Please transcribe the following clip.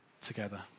together